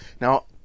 Now